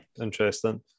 Interesting